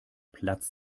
platz